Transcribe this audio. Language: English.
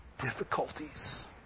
difficulties